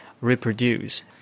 reproduce